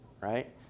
Right